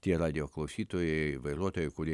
tie radijo klausytojai vairuotojai kurie